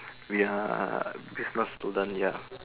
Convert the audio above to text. we are business student ya